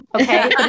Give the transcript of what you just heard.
okay